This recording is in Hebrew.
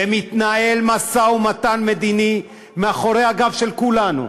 ומתנהל משא-ומתן מדיני מאחורי הגב של כולנו,